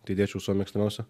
tai įdėčiau savo mėgstamiausią